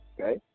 okay